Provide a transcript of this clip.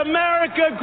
America